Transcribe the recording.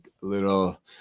little